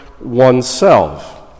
oneself